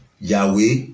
Yahweh